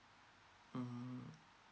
mm